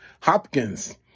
Hopkins